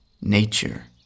nature